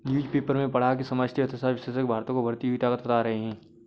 newspaper में पढ़ा की समष्टि अर्थशास्त्र विशेषज्ञ भारत को उभरती हुई ताकत बता रहे हैं